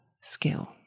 skill